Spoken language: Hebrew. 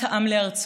ובשיבת העם לארצו,